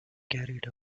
carried